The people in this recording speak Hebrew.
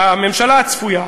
הממשלה הצפויה,